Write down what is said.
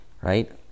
right